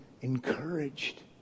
encouraged